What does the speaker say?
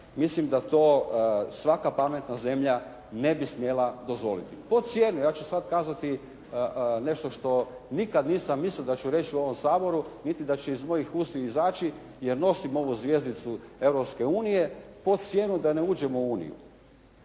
mislim da to svaka pametna zemlja ne bi smjela dozvoliti. Pod cijenu, ja ću sada kazati nešto što nikada nisam mislio da ću reći u ovom Saboru, niti da će iz mojih ustiju izaći, jer nosim ovu zvjezdicu Europske unije, pod cijenu da ne uđemo u Uniju.